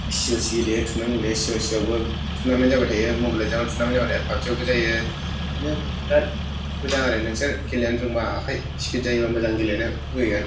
सि अ' सि गेलेबाय थानांगौ सिअ'सिआवबो टुर्नामेन्त जाबाय थायो मबाइल लेजेन्द आवबो टुर्नामेन्त जाबाय थायो पाबजिआवबो जायो बिदिनो बिरात मोजां आरो नोंसोर गेलेनो रोंबा आखाइ स्पिद जायोबा मोजां गेलेनो होयो